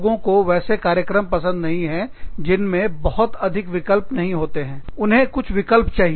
लोगों को वैसे कार्यक्रम पसंद नहीं है जिनमें बहुत अधिक विकल्प नहीं होते हैं उन्हें कुछ विकल्प चाहिए